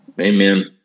Amen